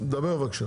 דבר בבקשה.